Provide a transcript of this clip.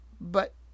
But